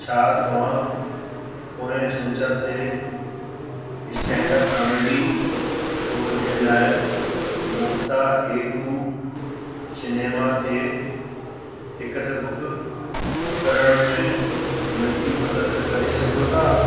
छा तव्हां पोएं छंछरु ते स्टैंड अप कॉमेडी शो जे लाइ मुख्ता ए टू सिनेमां ते टिकेट बुक करण में मुंहिंजी मदद करे सघियो था